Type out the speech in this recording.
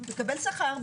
מקבל שכר,